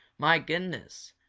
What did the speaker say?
my goodness,